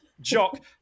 jock